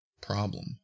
problem